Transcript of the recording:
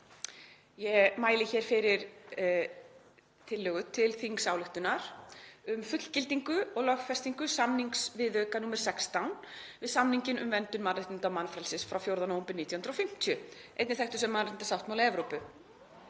Ég mæli hér fyrir tillögu til þingsályktunar um fullgildingu og lögfestingu samningsviðauka nr. 16 við samninginn um verndun mannréttinda og mannfrelsis frá 4. nóvember 1950, einnig þekktur sem mannréttindasáttmáli Evrópu.